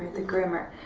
the groomer.